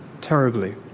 terribly